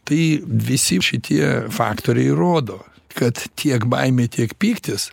tai visi šitie faktoriai rodo kad tiek baimė tiek pyktis